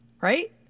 right